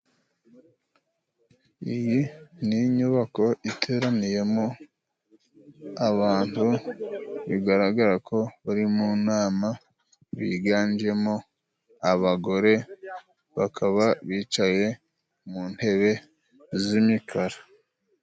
Iyi ni inyubako iteraniyemo abantu bigaragara ko bari mu nama, biganjemo abagore bakaba bicaye mu ntebe z'imikara